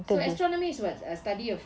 so astronomy is what is a study of